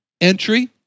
entry